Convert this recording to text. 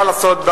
מה לעשות,